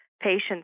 patients